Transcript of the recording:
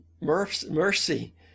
mercy